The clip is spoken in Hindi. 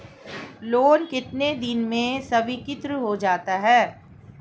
लोंन कितने दिन में स्वीकृत हो जाता है?